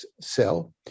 cell